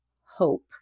hope